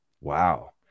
wow